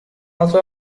also